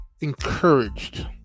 Encouraged